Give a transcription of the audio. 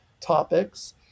topics